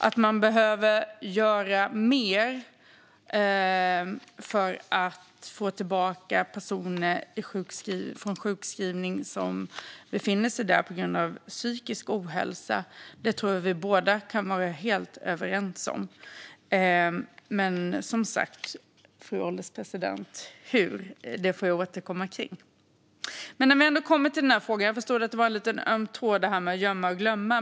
Att man behöver göra mer för att få tillbaka personer från sjukskrivning som befinner sig där på grund av psykisk ohälsa tror jag att vi båda kan vara helt överens om. Men hur, fru ålderspresident, får jag återkomma till. Jag förstod att det var lite av en öm tå att tala om att gömma och glömma.